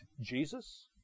Jesus